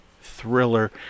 thriller